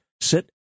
sit